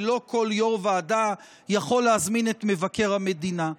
ולא כל יו"ר ועדה יכול להזמין את מבקר המדינה.